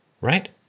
Right